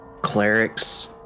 clerics